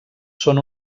són